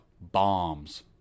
bombs